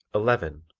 eleven.